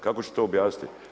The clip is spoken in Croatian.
Kako ćete to objasniti?